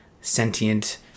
sentient